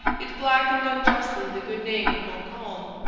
it blackened unjustly the good name of montcalm.